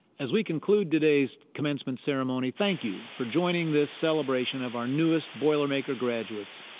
as we conclude today's commencement ceremony, thank you for joining this celebration of our newest boilermaker graduates.